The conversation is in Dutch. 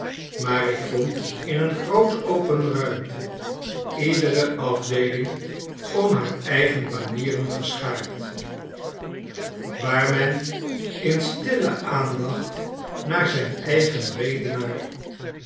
maar ik vond in een groote open ruimte iedere afdeeling om haar eigen banieren geschaard waar men in stille aandacht naar zijn eigen redenaar